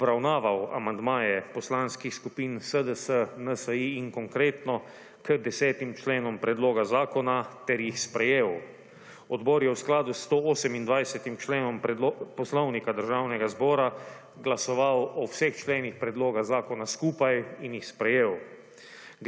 obravnaval amandmaje poslanskih skupin SDS, NSi in Konkretno k desetim členom predloga zakona ter jih sprejel. Odbor je v skladu s 128. členom Poslovnika Državnega zbora glasoval o vseh členih predloga zakona skupaj in jih sprejel.